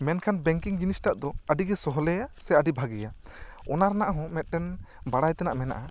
ᱢᱮᱱᱠᱷᱟᱱ ᱵᱮᱝᱠᱤᱝ ᱡᱤᱱᱤᱥ ᱴᱟᱜ ᱫᱚ ᱟᱹᱰᱤ ᱜᱮ ᱥᱚᱞᱦᱮᱭᱟ ᱥᱮ ᱟᱹᱰᱤ ᱵᱷᱟᱹᱜᱤᱭᱟ ᱚᱱᱟ ᱨᱮᱱᱟᱜ ᱦᱚᱸ ᱢᱤᱫᱴᱮᱱ ᱵᱟᱲᱟᱭ ᱛᱮᱱᱟᱜ ᱢᱮᱱᱟᱜᱼᱟ